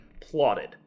plotted